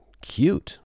Cute